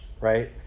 Right